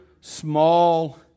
small